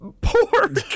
pork